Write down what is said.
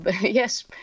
Yes